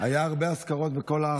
היו הרבה אזכרות בכל הארץ.